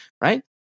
right